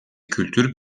kültür